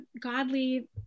godly